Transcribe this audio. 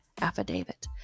affidavit